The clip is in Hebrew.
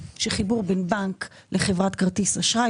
שחיבור בין בנק לחברת כרטיס אשראי